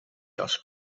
jas